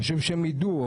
חשוב שהם יידעו.